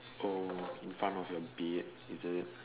oh in front of your bed is it